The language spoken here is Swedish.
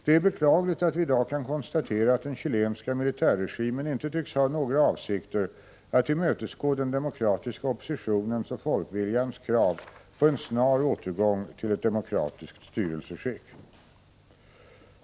Det är beklagligt att vi i dag kan konstatera att den chilenska militärregimen inte tycks ha några avsikter att tillmötesgå den demokratiska oppositionens och folkviljans krav på en snar återgång till ett demokratiskt styrelseskick.